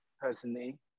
personally